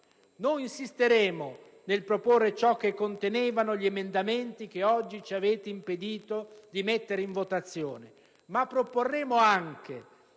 Noi insisteremo nel proporre ciò che contenevano gli emendamenti che oggi ci avete impedito di mettere in votazione, ma proporremo anche,